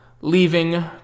leaving